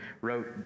wrote